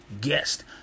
guest